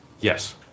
Yes